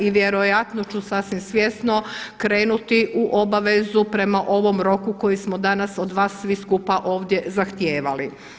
I vjerojatno ću sasvim svjesno krenuti u obavezu prema ovom roku koji smo danas od vas svi skupa ovdje zahtijevali.